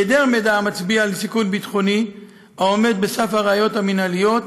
בהיעדר מידע המצביע על סיכון ביטחוני העומד בסף הראיות המינהליות